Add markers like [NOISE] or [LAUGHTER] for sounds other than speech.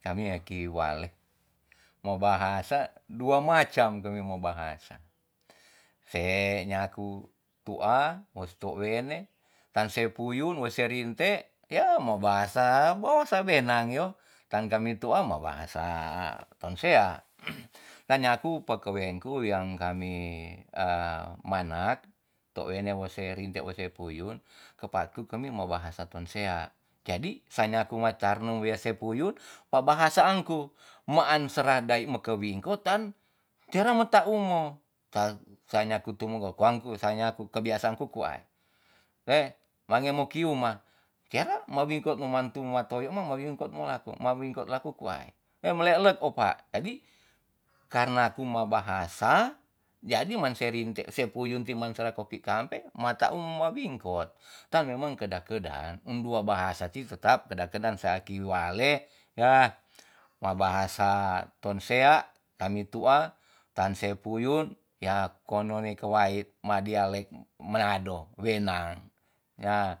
Kami aki wale mo bahasa dua macan kemi mo bahasa se nyaku tu'a, wes tou wene, tan se puyun, wo se rinte ya mo bahasa bahasa wenang yo, tan kami tu'a ma bahasa tonsea. [NOISE] nan nyaku pe keweng ku wean kami [HESITATION] manat tou wene se rinte we se puyun ke paat ku kami me bahasa tonsea. jadi sa nyaku wa tar ne wea se puyun ba bahasa an ku maan sera dai meke wingkot tan tera meta um mu. tan sa nyaku tu mu wangku sa nyaku kebiasaanku ku ai. we mange mo ki uma kera ma wingkot mo man tu ma toyo ma wingkot mo lako ma wingkot laku ku ai. we me melek lek opa jadi karena ku mo bahasa jadi man si rinte se puyun ti mansara koki kampe ma ta um ma wingkot. tan memang kedak kedan um dua bahasa ti tetap kedak kedan saki wale ya ma bahasa tonsea kami tu'a tan se puyun ya ko no we kowait ma dialeg menado wenang ya